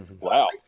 wow